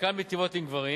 חלקן מיטיבות עם גברים,